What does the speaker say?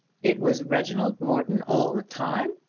it was reginald morton all the time?